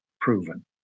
proven